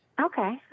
Okay